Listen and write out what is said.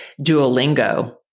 Duolingo